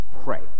pray